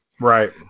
Right